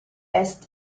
est